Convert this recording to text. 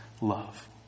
Love